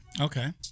Okay